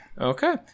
Okay